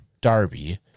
Darby